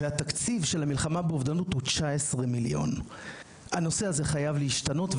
והתקציב של המלחמה באובדנות הוא 19,000,000. הנושא הזה חייב להשתנות,